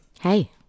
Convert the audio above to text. Hey